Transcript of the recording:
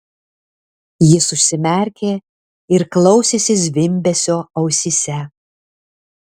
jis užsimerkė ir klausėsi zvimbesio ausyse